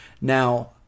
Now